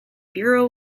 bureau